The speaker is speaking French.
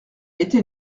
été